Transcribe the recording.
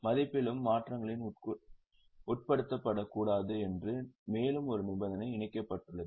மதிப்பில் மாற்றங்களுக்கு உட்படுத்தப்படக்கூடாது என்று மேலும் ஒரு நிபந்தனை இணைக்கப்பட்டுள்ளது